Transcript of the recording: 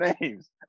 names